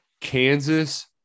Kansas